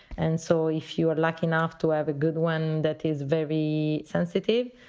and so if you are lucky enough to have a good one that is very sensitive,